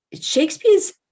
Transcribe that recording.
Shakespeare's